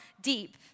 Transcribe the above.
deep